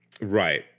Right